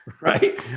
Right